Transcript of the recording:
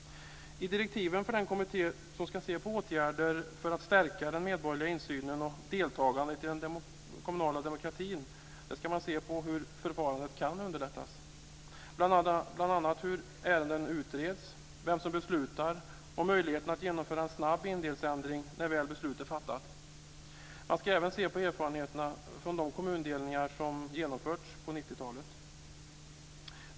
I direktiven för den kommitté som ska se på åtgärder för att stärka den medborgerliga insynen och deltagandet i den kommunala demokratin står att man ska se på hur förfarandet kan underlättas. Det gäller bl.a. hur ärenden utreds, vem som beslutar och möjligheten att genomföra en snabb indelningsändring när beslut väl är fattat. Man ska även se på erfarenheterna av de kommundelningar som genomförts på 90-talet.